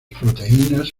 proteínas